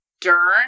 Dern